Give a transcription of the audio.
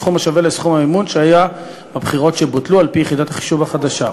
סכום השווה לסכום המימון שהיה בבחירות שבוטלו על-פי יחידת החישוב החדשה.